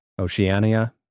Oceania